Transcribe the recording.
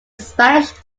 spanish